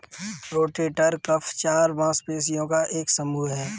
rotator cuff चार मांसपेशियों का एक समूह है